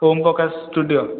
Om Prakash studio